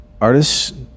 artists